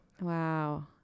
Wow